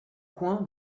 coin